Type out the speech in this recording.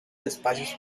espacios